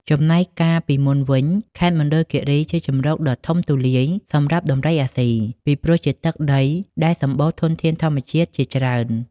ចំណែកកាលពីមុនវិញ ខេត្តមណ្ឌលគិរីគឺជាជម្រកដ៏ធំទូលាយសម្រាប់ដំរីអាស៊ី ពីព្រោះជាទឹកដីដែលសម្បូរធនធានធម្មជាតិជាច្រើន។